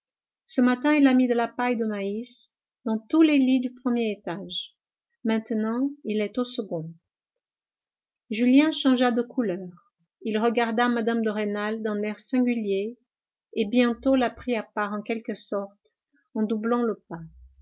ce matin il a mis de la paille de mais dans tous les lits du premier étage maintenant il est au second julien changea de couleur il regarda mme de rênal d'un air singulier et bientôt la prit à part en quelque sorte en doublant le pas